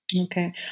Okay